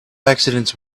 accidents